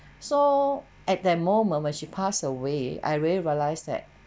so at that moment when she pass away I really realize that